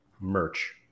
merch